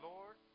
Lord